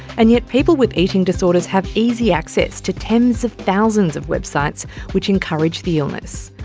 and yet people with eating disorders have easy access to tens of thousands of websites which encourage the illness.